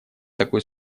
такой